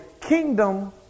kingdom